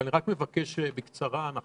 אבל אני מבקש בקצרה.